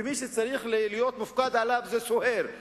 ומי שצריך להיות מופקד עליו זה סוהר,